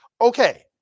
Okay